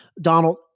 Donald